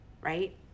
right